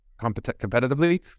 competitively